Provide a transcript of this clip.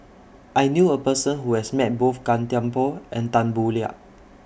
I knew A Person Who has Met Both Gan Thiam Poh and Tan Boo Liat